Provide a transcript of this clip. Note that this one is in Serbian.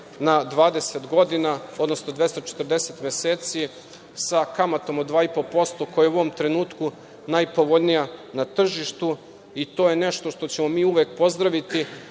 da 20 godina, odnosno 240 meseci sa kamatom od 2,5% koja je u ovom trenutku najpovoljnija na tržištu. To je nešto što ćemo mi uvek pozdraviti.